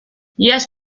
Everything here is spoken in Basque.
iaz